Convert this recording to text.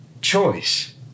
choice